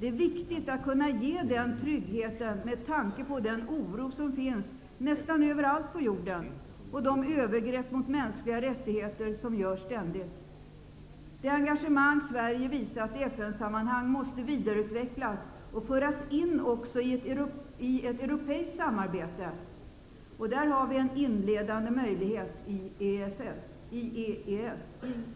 Det är viktigt att kunna ge den tryggheten, med tanke på den oro som finns nästan överallt på jorden och de övergrepp mot mänskliga rättigheter som ständigt sker. Det engagemang Sverige har visat i FN sammanhang måste vidareutvecklas och föras in också i ett europeiskt samarbete. Där har vi en inledande möjlighet i